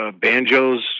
Banjos